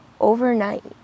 overnight